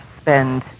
spend